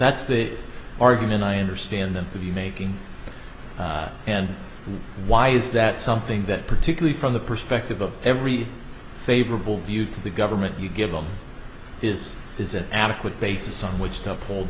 that's the argument i understand them to be making and why is that something it particularly from the perspective of every favorable view of the government you give them is is an adequate basis on which to